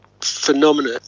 phenomena